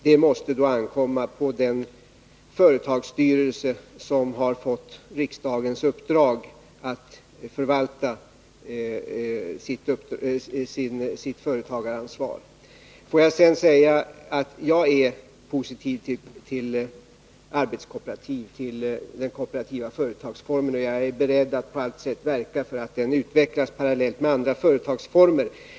Det måste ankomma på den företagsstyrelse som har fått riksdagens uppdrag att förvalta sitt företagaransvar, Får jag sedan säga: Jag är positiv till den kooperativa företagsformen, och jag är beredd att på allt sätt verka för att den utvecklas parallellt med andra företagsformer.